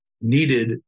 needed